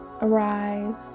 arise